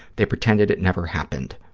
they pretended it never happened.